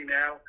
now